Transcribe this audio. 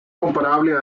comparable